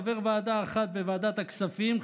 חבר ועדה אחד בוועדת הכספים,